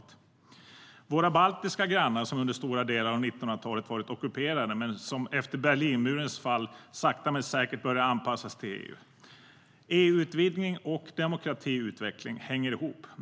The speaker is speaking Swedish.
Det gäller också våra baltiska grannar som under stora delar av 1900-talet varit ockuperade men som efter Berlinmurens fall sakta men säkert började anpassas till EU.EU-utvidgning och demokratiutveckling hänger ihop.